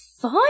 five